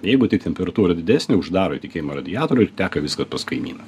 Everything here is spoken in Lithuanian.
jeigu tik temperatūra didesnė uždaro tekėjimą radiatoriuj teka viską pas kaimyną